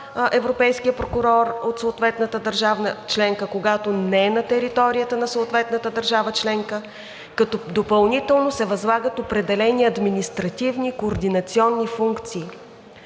европейския прокурор от съответната държава членка, когато не е на територията на съответната държава членка, като допълнително се възлагат определени административни и координационни функции,